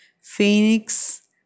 Phoenix